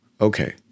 okay